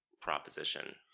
proposition